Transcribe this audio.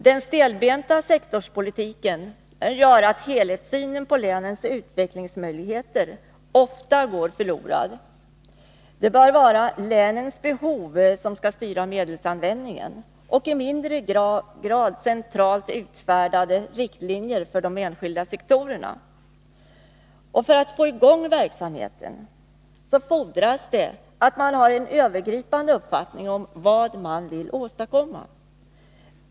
Den stelbenta sektorspolitiken gör att helhetssynen på länens utvecklingsmöjligheter ofta går förlorad. Det bör vara länens behov som styr medelsanvändningen och i mindre grad centralt utfärdade riktlinjer för de enskilda sektorerna. För att få i gång verksamheten fordras det att man har en övergripande uppfattning om vad man vill åstadkomma.